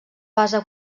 base